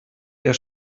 der